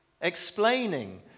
Explaining